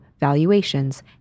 valuations